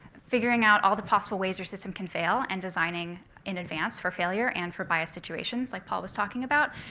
figuring out all the possible ways your system can fail and designing in advance for failure and for bias situations, like paul was talking about.